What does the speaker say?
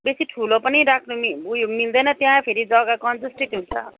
बेसी ठुलो पनि राख्नु पनि उयो मिल्दैन त्यहाँ फेरि जग्गा कन्जस्टेड हुन्छ